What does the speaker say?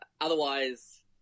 Otherwise